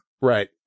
right